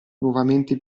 nuovamente